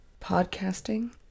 podcasting